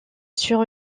sur